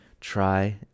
try